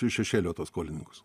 iš šešėlio tuos skolininkus